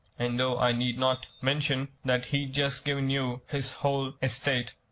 and though i need not mention that he'd just given you his whole estate,